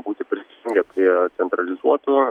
būti prisijungę prie centralizuotų